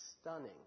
stunning